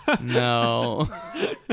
No